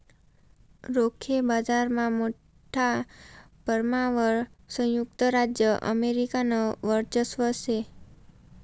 रोखे बाजारमा मोठा परमाणवर संयुक्त राज्य अमेरिकानं वर्चस्व शे